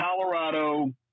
Colorado